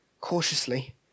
Cautiously